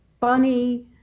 funny